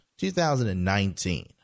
2019